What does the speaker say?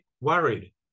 worried